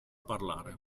parlare